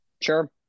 sure